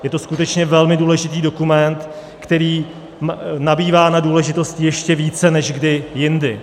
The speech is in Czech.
Je to skutečně velmi důležitý dokument, který nabývá na důležitosti ještě více než kdy jindy.